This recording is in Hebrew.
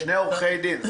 שני עורכי דין.